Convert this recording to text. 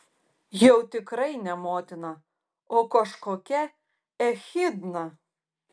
jau tikrai ne motina o kažkokia echidna